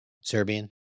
Serbian